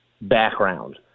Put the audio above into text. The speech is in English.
background